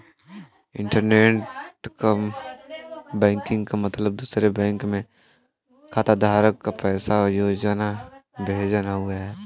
internet banking क मतलब दूसरे बैंक में खाताधारक क पैसा भेजना हउवे